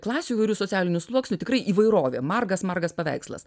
klasių įvairių socialinių sluoksnių tikrai įvairovė margas margas paveikslas